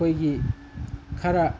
ꯑꯩꯈꯣꯏꯒꯤ ꯈꯔ